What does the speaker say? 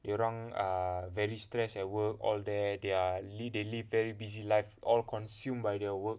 dia orang err very stress at work or that they are they live very busy life all consumed by their work